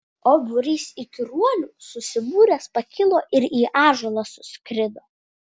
o būrys įkyruolių susibūręs pakilo ir į ąžuolą suskrido